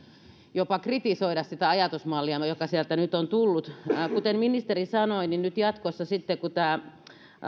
jopa kritisoida sitä ajatusmallia joka sieltä nyt on tullut kuten ministeri sanoi niin nyt jatkossa sitten koska tämä